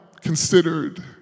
considered